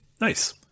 Nice